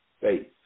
faith